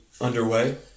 underway